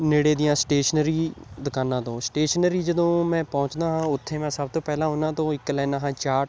ਨੇੜੇ ਦੀਆਂ ਸਟੇਸ਼ਨਰੀ ਦੁਕਾਨਾਂ ਤੋਂ ਸਟੇਸ਼ਨਰੀ ਜਦੋਂ ਮੈਂ ਪਹੁੰਚਦਾ ਹਾਂ ਉੱਥੇ ਮੈਂ ਸਭ ਤੋਂ ਪਹਿਲਾਂ ਉਹਨਾਂ ਤੋਂ ਇੱਕ ਲੈਂਦਾ ਹਾਂ ਚਾਰਟ